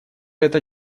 это